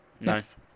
Nice